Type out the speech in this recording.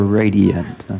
radiant